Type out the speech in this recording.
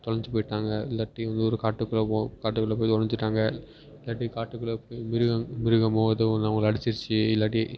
தொலைஞ்சி போயிட்டாங்க இல்லாட்டி இன்னோரு காட்டுக்குள்ளே போய் காட்டுக்குள்ளே போய் தொலைஞ்சிட்டாங்க இல்லாட்டி காட்டுக்குள்ளே போய் மிருகம் மிருகமோ ஏதோ ஒன்று அவங்களை அடிச்சிருச்சு இல்லாட்டி